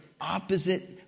opposite